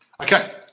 okay